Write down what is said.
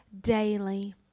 daily